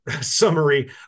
summary